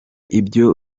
ibyo